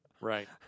Right